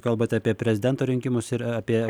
kalbat apie prezidento rinkimus ir apie galimus referendumus